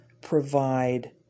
provide